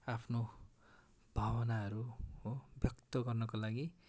आफ्नो भावनाहरू हो व्यक्त गर्नको लागि